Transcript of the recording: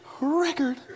record